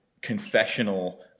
confessional